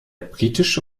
britische